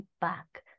back